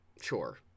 Sure